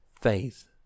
faith